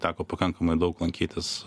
teko pakankamai daug lankytis